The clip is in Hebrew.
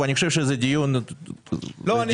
זה דיון חשוב.